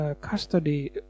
custody